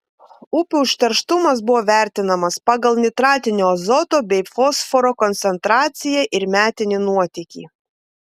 upių užterštumas buvo vertinamas pagal nitratinio azoto bei fosforo koncentraciją ir metinį nuotėkį